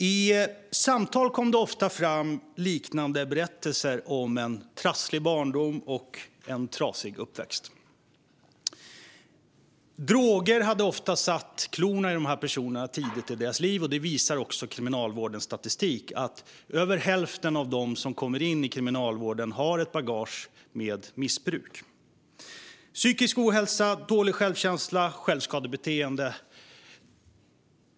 I samtal kom det ofta fram liknande berättelser om en trasslig barndom och en trasig uppväxt. Droger hade ofta satt klorna i dessa personer tidigt i deras liv. Kriminalvårdens statistik visar att över hälften av dem som kommer in i kriminalvården har ett bagage med missbruk. Det var inte ovanligt att stöta på psykisk ohälsa, dålig självkänsla och självskadebeteende.